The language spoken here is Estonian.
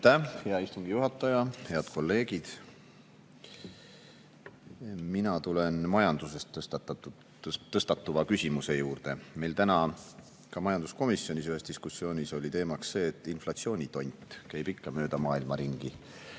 hea istungi juhataja! Head kolleegid! Mina tulen majandusest tõstatuva küsimuse juurde. Meil täna ka majanduskomisjonis ühes diskussioonis oli teemaks see, et inflatsioonitont käib ikka mööda maailma ringi